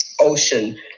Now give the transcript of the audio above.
ocean